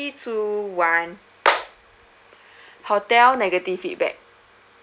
two one hotel negative feedback